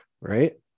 right